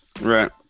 Right